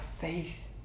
faith